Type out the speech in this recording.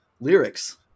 Lyrics